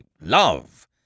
love